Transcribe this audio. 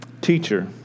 Teacher